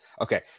okay